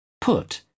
Put